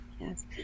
Yes